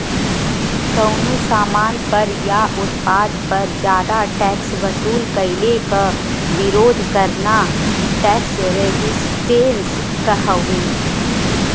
कउनो सामान पर या उत्पाद पर जादा टैक्स वसूल कइले क विरोध करना टैक्स रेजिस्टेंस हउवे